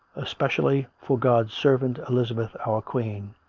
especially for god's serv ant, elizabeth our queen,